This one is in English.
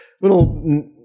little